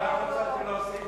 אני רק רציתי להוסיף משהו.